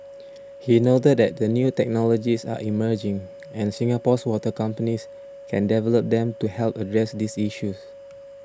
he noted that the new technologies are emerging and Singapore's water companies can develop them to help address these issues